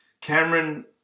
Cameron